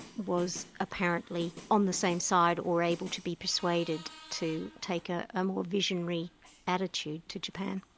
was apparently on the same side or able to be persuaded to take a ah more visionary attitude to japan.